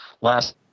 last